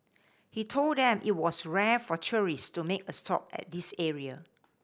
he told them it was rare for tourists to make a stop at this area